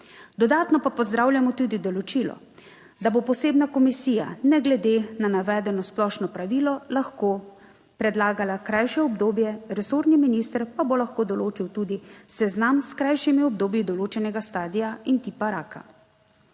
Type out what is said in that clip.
Dodatno pa pozdravljamo tudi določilo, da bo posebna komisija ne glede na navedeno splošno pravilo lahko predlagala krajše obdobje, resorni minister pa bo lahko določil tudi seznam s krajšimi obdobji določenega stadija in tipa raka.